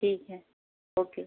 ठीक है ओके